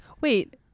wait